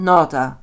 Nota